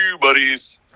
buddies